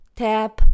tap